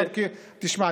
תשמע,